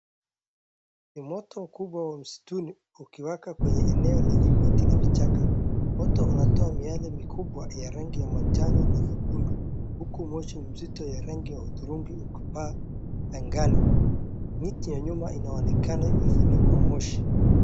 Moto kubwa msituni ukiwaka kwenye eneo lenye miti na vichaka, moto unatoa miyale mikubwa ya rangi ya manjano na nyekundu huku moshi mzito ya rangi ya uturungi ukipaa angani. Miti ya nyuma inaonekana imefunikwa moshi.